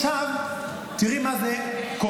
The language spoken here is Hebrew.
עכשיו, תראי מה זה קרח.